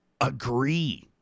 agree